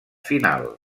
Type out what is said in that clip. final